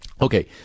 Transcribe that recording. Okay